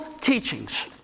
teachings